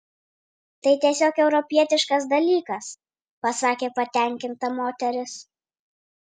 tai tiesiog europietiškas dalykas pasakė patenkinta moteris